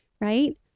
right